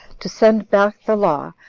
to send back the law,